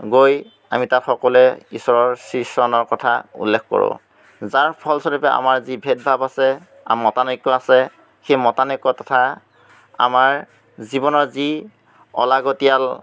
গৈ আমি তাত সকলোৱে ঈশ্বৰৰ শ্ৰীচৰণৰ কথা উল্লেখ কৰোঁ যাৰ ফলস্বৰূপে আমাৰ যি ভেদভাৱ আছে আৰু মতানৈক্য আছে সেই মতানৈক্য তথা আমাৰ জীৱনৰ যি অলাগতিয়াল